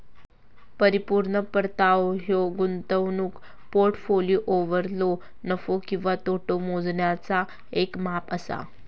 परिपूर्ण परतावो ह्यो गुंतवणूक पोर्टफोलिओवरलो नफो किंवा तोटो मोजण्याचा येक माप असा